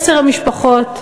עשר המשפחות,